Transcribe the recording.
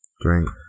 Drink